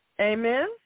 Amen